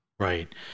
Right